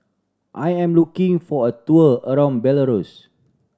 I am looking for a tour around Belarus